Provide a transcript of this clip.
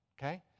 okay